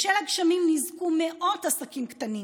בשל הגשמים ניזוקו מאות עסקים קטנים,